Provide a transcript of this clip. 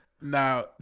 Now